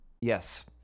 yes